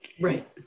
Right